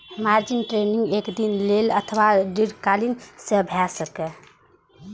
margin trading एक दिन लेल अथवा दीर्घकालीन सेहो भए सकैए